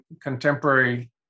contemporary